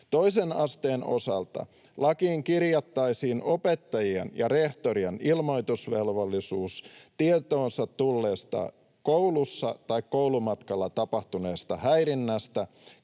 Toisen asteen osalta lakiin kirjattaisiin opettajien ja rehtorien ilmoitusvelvollisuus tietoonsa tulleesta koulussa tai koulumatkalla tapahtuneesta häirinnästä,